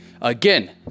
Again